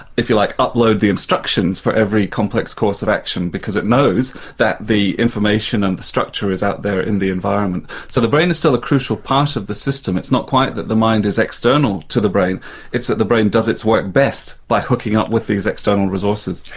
if you like, upload the instructions for every complex course of action, because it knows that the information and the structure is out there in the environment. so the brain is still a crucial part of the system. it's not quite that the mind is external to the brain it's that the brain does its work best by hooking up with these external resources.